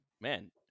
man